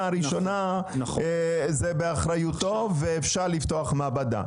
הראשונה זה באחריותו ואפשר לפתוח מעבדה.